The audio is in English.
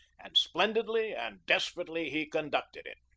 and splendidly and desperately he conducted it.